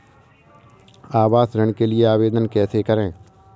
आवास ऋण के लिए आवेदन कैसे करुँ?